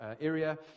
area